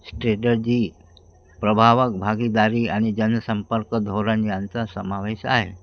strategy प्रभावक भागीदारी आणि जनसंपर्क धोरण यांचा समावेश आहे